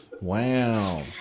Wow